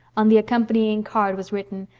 on the accompanying card was written,